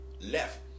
left